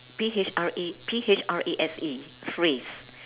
P H R A P H R A S E phrase